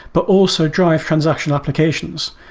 but also drive transactional applications.